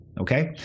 okay